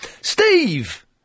Steve